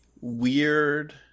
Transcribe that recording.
weird